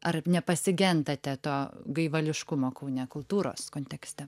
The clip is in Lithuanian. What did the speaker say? ar nepasigendate to gaivališkumo kaune kultūros kontekste